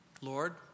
Lord